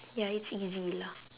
ya it's easy lah